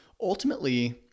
ultimately